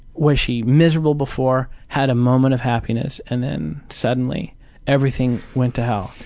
was she miserable before had a moment of happiness, and then suddenly everything went to hell?